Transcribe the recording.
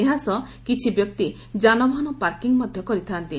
ଏହାସହ କିଛି ବ୍ୟକ୍ତି ଯାନବାହନ ପାର୍କିଂ ମଧ୍ଧ କରିଥାନ୍ତି